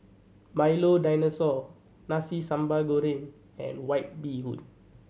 Milo Dinosaur Nasi Sambal Goreng and White Bee Hoon